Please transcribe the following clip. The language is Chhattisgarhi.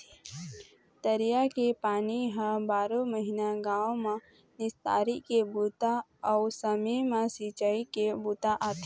तरिया के पानी ह बारो महिना गाँव म निस्तारी के बूता अउ समे म सिंचई के बूता आथे